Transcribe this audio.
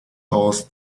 aus